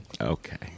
Okay